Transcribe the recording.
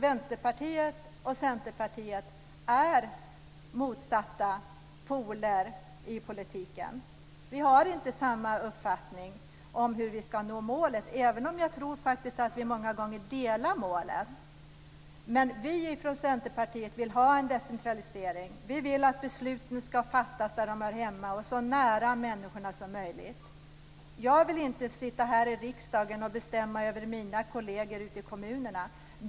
Vänsterpartiet och Centerpartiet är faktiskt motpoler i politiken. Vi har inte samma uppfattning om hur målet ska nås men många gånger har vi nog samma mål. Vi i Centerpartiet vill ha en decentralisering. Vi vill att besluten fattas där de hör hemma och så nära människorna som möjligt. Jag vill inte här i riksdagen bestämma över mina kolleger ute i kommunerna.